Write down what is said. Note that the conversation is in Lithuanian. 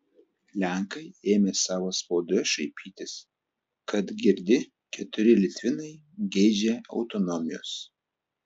lenkai ėmė savo spaudoje šaipytis kad girdi keturi litvinai geidžia autonomijos